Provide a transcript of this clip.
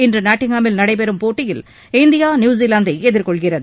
இன்று நாட்டிங்ஹாமில் நடைபெறும் போட்டியில் இந்தியா நியூசிலாந்தை எதிர்கொள்கிறது